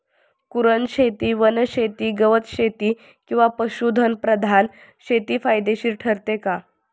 कुरणशेती, वनशेती, गवतशेती किंवा पशुधन प्रधान शेती फायदेशीर ठरते का?